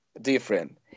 different